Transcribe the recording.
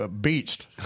beached